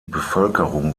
bevölkerung